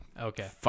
okay